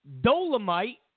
Dolomite